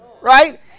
Right